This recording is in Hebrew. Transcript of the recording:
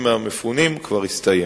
כמקובל?